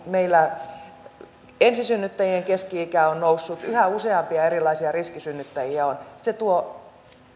meillä ensisynnyttäjien keski ikä on noussut yhä useampia erilaisia riskisynnyttäjiä on se tuo